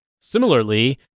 Similarly